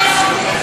עניין,